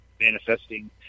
manifesting